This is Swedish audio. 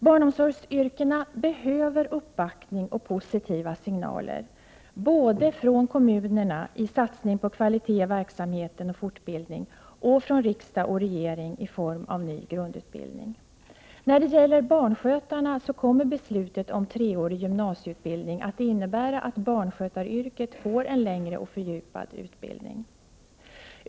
Barnomsorgsyrkena behöver uppbackning och positiva signaler från olika håll, både från kommunerna i en satsning på kvalitet i verksamheten och på fortbildning och från riksdag och regering i form av ny grundutbildning. När det gäller barnskötarna kommer beslutet om treårig gymnasieutbildning att innebära att barnskötaryrket får en längre och en fördjupad utbildning.